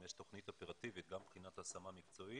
האם יש תכנית אופרטיבית גם מבחינת השמה מקצועית